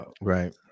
right